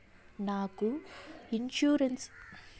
నాకు నా ఇన్సూరెన్సు విషయం పై డౌట్లు వచ్చినప్పుడు నేను ఎవర్ని కలవాలి?